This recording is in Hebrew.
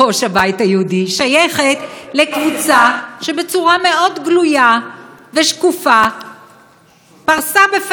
שייכת לקבוצה שבצורה מאוד גלויה ושקופה פרסה בפנינו את משנתה,